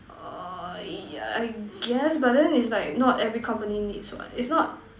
orh yeah I guess but then is like not every company needs what it's not